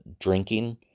drinking